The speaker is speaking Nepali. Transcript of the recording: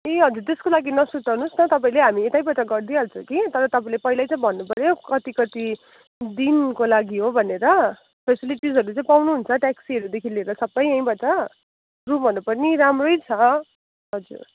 ए हजुर त्यसको लागि नसुर्ताउनु होस् न तपाईँले हामी यतैबाट गरिदिई हाल्छौँ कि तर तपाईँले पहिल्यै चाहिँ भन्नुपर्यो कति कति दिनको लागि हो भनेर फ्यासिलिटिसहरू चाहिँ पाउनुहुन्छ ट्याक्सीहरूदेखि लिएर सबै यहीँबाट रुमहरू पनि राम्रै छ हजुर